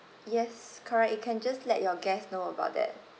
yes correct you can just let your guest know about that